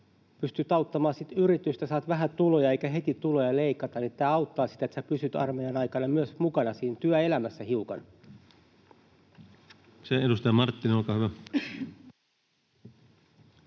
Pystyt auttamaan sitä yritystä, saat vähän tuloja, eikä heti tuloja leikata. Tämä auttaa sitä, että pysyt armeijan aikana mukana myös siinä työelämässä hiukan. Kiitoksia. — Edustaja Marttinen, olkaa hyvä.